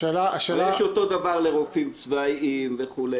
האם יש אותו דבר לרופאים צבאיים וכו',